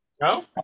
No